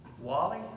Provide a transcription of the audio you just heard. Wally